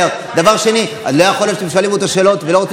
לצאת, אפרת.